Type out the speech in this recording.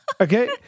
Okay